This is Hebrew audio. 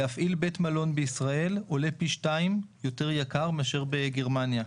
להפעיל בית מלון בישראל עולה פי שתיים יותר יקר מאשר בגרמניה.